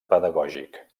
pedagògic